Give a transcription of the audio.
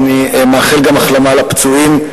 אני גם מאחל החלמה לפצועים.